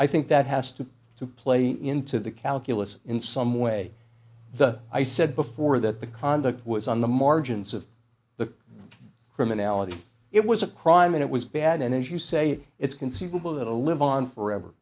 i think that has to to play into the calculus in some way the i said before that the conduct was on the margins of the criminality it was a crime and it was bad and as you say it's conceivable that a live on forever